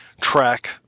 track